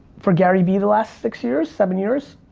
for gary vee the last six years, seven years,